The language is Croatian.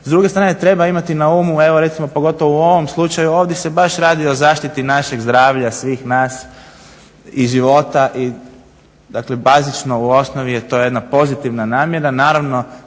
s druge strane treba imati na umu, evo recimo pogotovo u ovom slučaju, ovdje se baš radi o zaštiti našeg zdravlja, svih nas i života, dakle bazično u osnovi je to jedna pozitivna namjera.